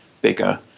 bigger